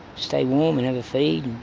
stay warm and have a feed